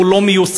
הוא לא מיושם.